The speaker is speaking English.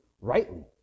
rightly